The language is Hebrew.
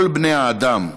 "כל בני האדם",